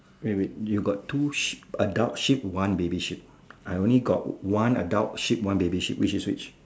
wait wait you got two sheep adult sheep one baby sheep I only got one adult sheep one baby sheep which is which